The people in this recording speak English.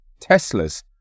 Teslas